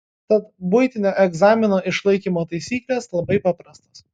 tad buitinio egzamino išlaikymo taisyklės labai paprastos